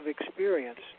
experience